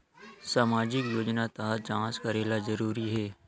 सामजिक योजना तहत जांच करेला जरूरी हे